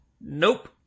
Nope